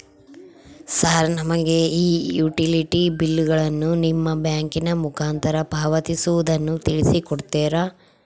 Sir ನಮಗೆ ಈ utility ಬಿಲ್ಲುಗಳನ್ನು ನಿಮ್ಮ ಬ್ಯಾಂಕಿನ ಮುಖಾಂತರ ಪಾವತಿಸುವುದನ್ನು ತಿಳಿಸಿ ಕೊಡ್ತೇರಾ?